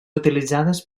utilitzades